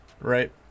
right